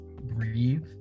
breathe